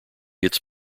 its